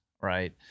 right